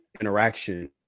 interaction